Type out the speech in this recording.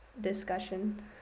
discussion